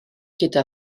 gyda